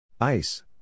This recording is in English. Ice